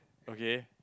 okay